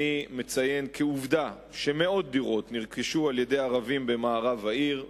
אני מציין כעובדה שמאות דירות נרכשו על-ידי ערבים במערב העיר,